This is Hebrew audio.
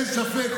אין ספק,